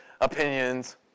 opinions